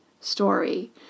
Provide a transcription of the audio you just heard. story